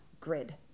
grid